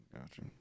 Gotcha